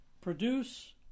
produce